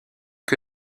que